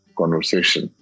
conversation